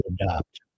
adopt